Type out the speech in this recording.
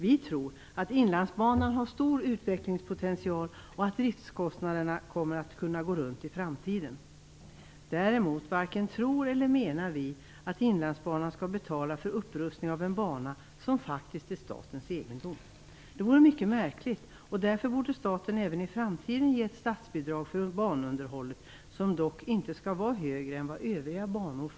Vi tror att Inlandsbanan har stor utvecklingspotential och att driftskostnaderna hamnar på en nivå som gör att verksamheten kommer att gå runt i framtiden. Däremot varken tror eller menar vi att Inlandsbanan skall betala för upprustning av en bana som faktiskt är statens egendom. Det vore mycket märkligt. Därför borde staten även i framtiden ge ett statsbidrag för banunderhållet, som dock inte skall vara högre än för övriga banor.